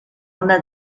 una